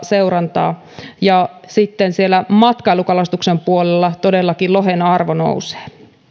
seurantaa ja sitten siellä matkailukalastuksen puolella todellakin lohen arvo nousee